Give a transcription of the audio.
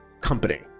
company